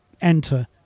enter